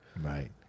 Right